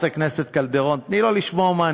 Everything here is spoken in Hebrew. היא